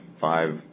five